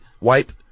wipe